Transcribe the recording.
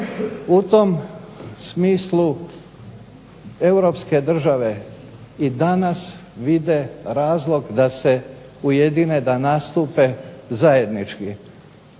U tom smislu Europske države i danas vide razlog da se ujedine i nastupe zajednički.